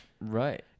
Right